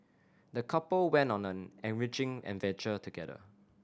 the couple went on an enriching adventure together